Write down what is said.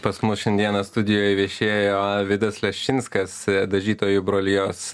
pas mus šiandieną studijoj viešėjo vidas leščinskas dažytojų brolijos